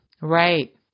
Right